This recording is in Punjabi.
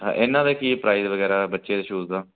ਇਹਨਾਂ ਦਾ ਕੀ ਪ੍ਰਾਈਸ ਵਗੈਰਾ ਬੱਚੇ ਦੇ ਸ਼ੂਜ਼ ਦਾ